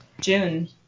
June